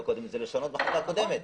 הקודמת אלא זה לשנות מההחלטה הקודמת.